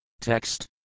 Text